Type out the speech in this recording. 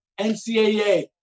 NCAA